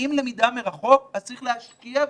ואם למידה מרחוק אז צריך להשקיע בזה.